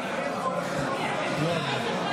אם יהיה צורך בהצבעה חוזרת.